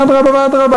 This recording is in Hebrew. אדרבה ואדרבה.